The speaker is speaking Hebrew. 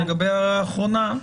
לגבי האחרונה,